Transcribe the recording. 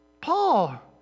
Paul